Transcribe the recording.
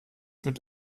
mit